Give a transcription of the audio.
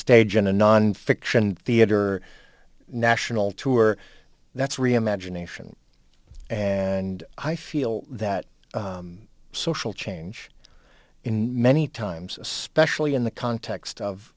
stage in a nonfiction theater national tour that's reimagine ation and i feel that social change in many times especially in the context of